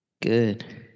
Good